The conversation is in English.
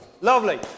Lovely